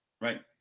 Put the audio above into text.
right